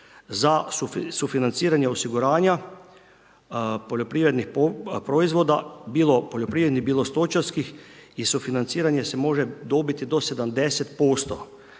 za sufinanciranje osiguranja poljoprivrednih proizvoda, bilo poljoprivrednih bilo stočarskih i sufinanciranje se može dobiti do 70%.